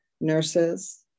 nurses